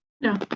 No